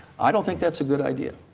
i don't think that's a good idea.